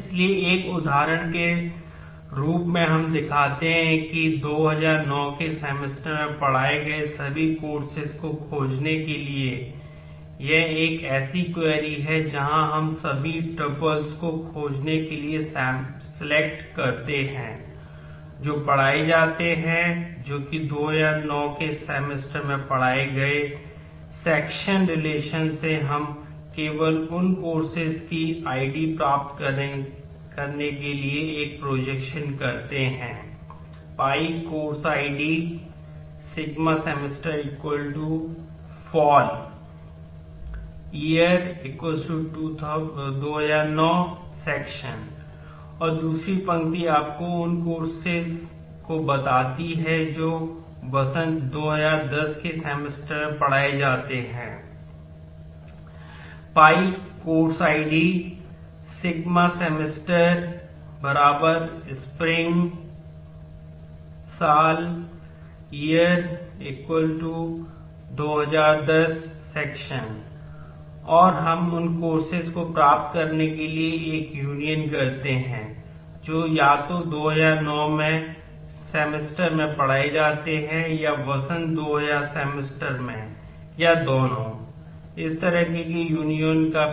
इसलिए एक उदाहरण के रूप में हम दिखाते हैं कि 2009 के सेमेस्टर में पढ़ाए गए सभी कोर्सेज का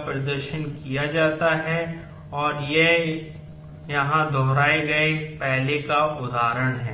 प्रदर्शन किया जाता है और यह यहां दोहराए गए पहले का उदाहरण है